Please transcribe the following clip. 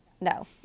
no